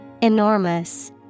Enormous